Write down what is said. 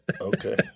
Okay